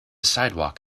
sidewalk